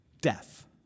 death